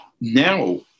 Now